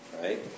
Right